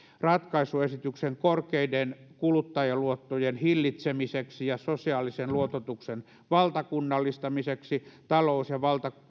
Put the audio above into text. ratkaisuesityksen korkeiden kuluttajaluottojen hillitsemiseksi sosiaalisen luototuksen valtakunnallistamiseksi talous ja